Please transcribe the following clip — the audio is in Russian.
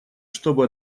чтобы